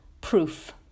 proof